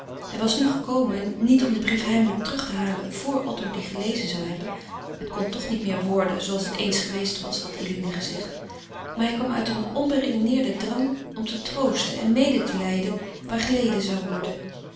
hij was nu gekomen niet om den brief heimelijk terug te halen vr otto dien gelezen zou hebben het kon toch niet weêr worden zooals het eens geweest was had eline gezegd maar hij kwam uit een onberedeneerden drang om te troosten en mede te lijden waar geleden zou worden